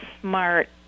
smart